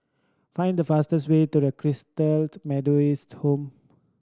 find the fastest way to the Methodist Home